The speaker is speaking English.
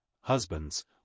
Husbands